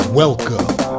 welcome